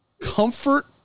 comfort